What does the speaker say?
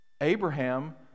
Abraham